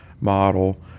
model